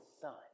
son